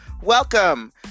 Welcome